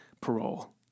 parole